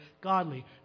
godly